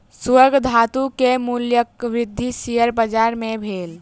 स्वर्ण धातु के मूल्यक वृद्धि शेयर बाजार मे भेल